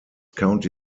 county